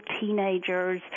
teenagers